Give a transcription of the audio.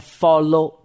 follow